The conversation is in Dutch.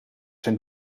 zijn